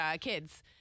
kids